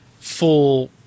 full –